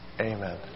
Amen